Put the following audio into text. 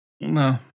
No